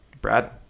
Brad